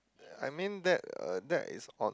I mean that uh that is on